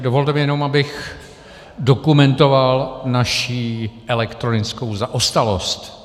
Dovolte mi jenom, abych dokumentoval naší elektronickou zaostalost.